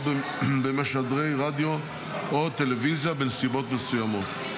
בין משדרי רדיו או טלוויזיה בנסיבות מסוימות,